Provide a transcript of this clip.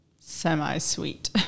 semi-sweet